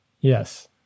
Yes